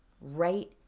Right